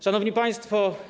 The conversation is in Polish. Szanowni Państwo!